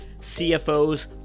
CFOs